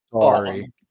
sorry